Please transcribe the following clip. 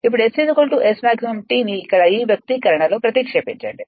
ఇప్పుడు S Smax T ని ఇక్కడ ఈ వ్యక్తీకరణలో ప్రతిక్షేపించండి